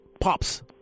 pops